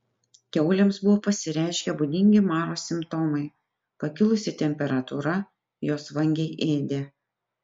kiaulėms buvo pasireiškę būdingi maro simptomai pakilusi temperatūra jos vangiai ėdė